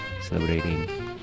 celebrating